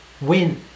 Win